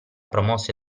promosse